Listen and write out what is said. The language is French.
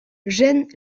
gêne